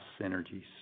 synergies